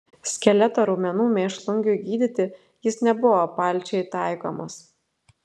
skeleto raumenų mėšlungiui gydyti jis nebuvo palčiai taikomas